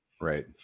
Right